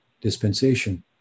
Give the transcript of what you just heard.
dispensation